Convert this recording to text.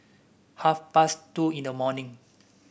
half past two in the morning